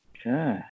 Okay